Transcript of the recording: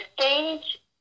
stage